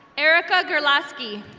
ericka gerlaski.